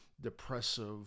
depressive